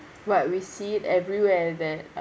but we see it everywhere that